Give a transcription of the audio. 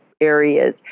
areas